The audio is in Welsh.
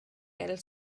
gael